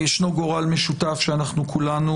ישנו גורל משותף שאנחנו כולנו